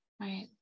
right